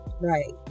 right